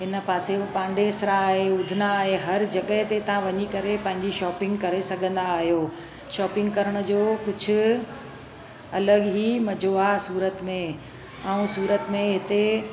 हिन पासे पाण्डेसरा आहे यूदना आहे हर जॻहि ते तव्हां वञी करे पंहिंजी शॉपिंग करे सघंदा आहियो शॉपिंग करण जो कुझु अलॻि ई मज़ो आहे सूरत में ऐं सूरत में हिते